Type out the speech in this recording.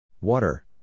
Water